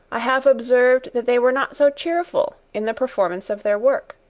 i have observed they were not so cheerful in the performance of their work.